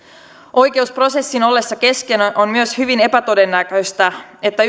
oikeusprosessin ollessa kesken on myös hyvin epätodennäköistä että